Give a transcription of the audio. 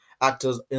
actors